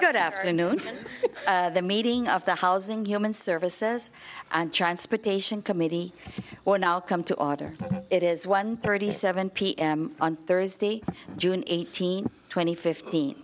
good afternoon the meeting of the housing human services and transportation committee or now come to order it is one thirty seven p m on thursday june eighteenth twenty fifteen